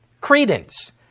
credence